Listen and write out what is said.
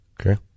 Okay